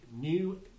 new